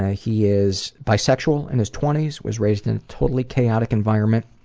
ah he is bisexual, in his twenty s, was raised in a totally chaotic environment.